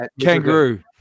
kangaroo